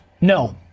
No